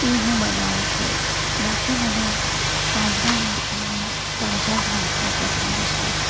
એ હું બનાવું છું બાકી મને સાંજના નાસ્તામાં તાજા જ નાસ્તા પસંદ છે